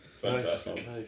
Fantastic